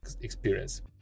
experience